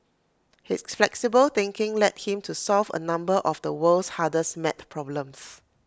his flexible thinking led him to solve A number of the world's hardest maths problems